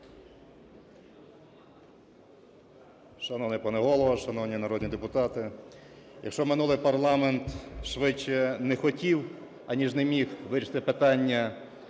Шановний пане Голово! Шановні народні депутати! Якщо минулий парламент швидше не хотів, аніж не міг вирішити питання